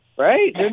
Right